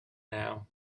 now